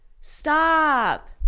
Stop